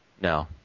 No